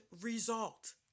result